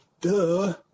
duh